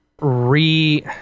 re